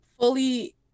Fully